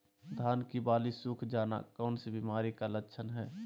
धान की बाली सुख जाना कौन सी बीमारी का लक्षण है?